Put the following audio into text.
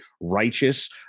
righteous